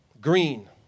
Green